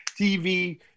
TV